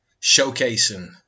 showcasing